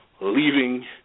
leaving